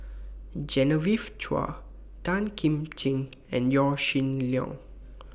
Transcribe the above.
Genevieve Chua Tan Kim Ching and Yaw Shin Leong